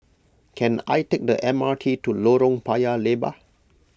can I take the M R T to Lorong Paya Lebar